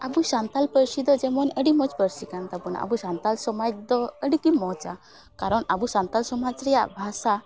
ᱟᱵᱚ ᱥᱟᱱᱛᱟᱞ ᱯᱟᱹᱨᱥᱤ ᱫᱚ ᱡᱮᱢᱚᱱ ᱟᱹᱰᱤ ᱢᱚᱡᱽ ᱯᱟᱹᱨᱥᱤᱠᱟᱱ ᱛᱟᱵᱚᱱᱟ ᱟᱵᱚ ᱥᱟᱱᱛᱟᱞ ᱥᱚᱢᱟᱡᱽ ᱫᱚ ᱟᱹᱰᱤᱜᱮ ᱢᱚᱡᱟ ᱠᱟᱨᱚᱱ ᱟᱵᱚ ᱥᱟᱱᱛᱟᱞ ᱥᱚᱢᱟᱡᱽ ᱨᱮᱭᱟᱜ ᱵᱷᱟᱥᱟ